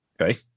Okay